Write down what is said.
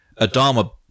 Adama